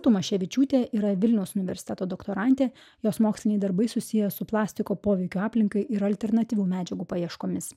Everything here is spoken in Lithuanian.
tamaševičiūtė yra vilniaus universiteto doktorantė jos moksliniai darbai susiję su plastiko poveikiu aplinkai ir alternatyvių medžiagų paieškomis